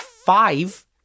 five